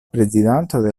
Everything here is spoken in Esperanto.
prezidanto